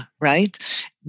right